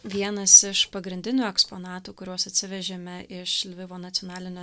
vienas iš pagrindinių eksponatų kuriuos atsivežėme iš lvivo nacionalinio